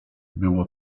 było